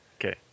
Okay